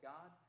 God